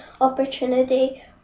opportunity